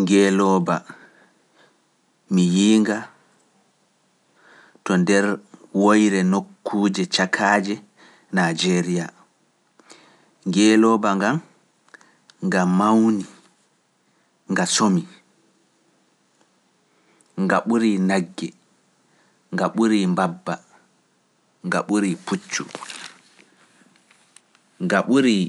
Ngeelooba, mi yiinga to nder woyre nokkuuje cakaaje Naajeriya. Ngeelooba ngan, nga mawni, nga somi, nga ɓurii nagge, nga ɓurii mbabba, nga ɓurii puccu, nga ɓurii